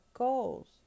goals